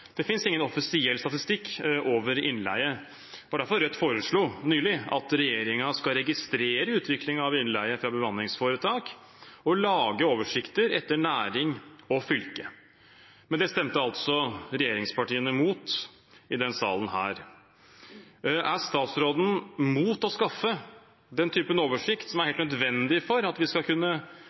Det finnes ingen offisiell statistikk over innleie. Det var derfor Rødt nylig foreslo at regjeringen skal registrere utvikling av innleie fra bemanningsforetak og lage oversikter etter næring og fylke, men det stemte altså regjeringspartiene imot i denne salen. Er statsråden mot å skaffe den typen oversikt, som er helt nødvendig for at vi skal kunne